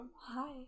Hi